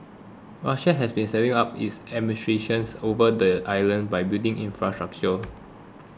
Russia has been stepping up its administrations over the island by building infrastructure